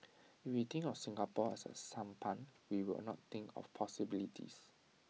if we think of Singapore as A sampan we will not think of possibilities